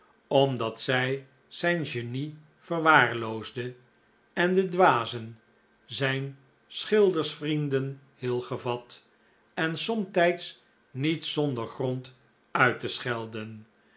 omdat zij zijn genie verwaarloosde en de dwazen zijn schildersvrienden heel gevat en somtijds niet zonder grond uit te schelden